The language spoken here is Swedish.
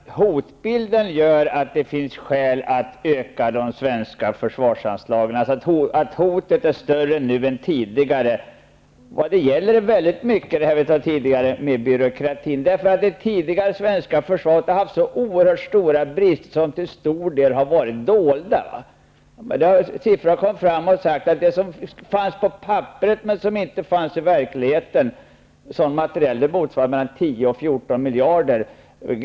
Herr talman! Det är väl ingen som hävdar att hotbilden gör att det finns skäl att öka de svenska försvarsanslagen, dvs. att hotet skulle vara större nu än tidigare. I stället gäller detta det jag sade tidigare, nämligen byråkratin. Det har i det tidigare svenska försvaret funnits så oerhört stora brister som till stora delar har varit dolda. Det har framkommit siffror som har visat att mängden materiel som har funnits på papper men inte i verkligheten har motsvarat 10--14 miljarder kronor.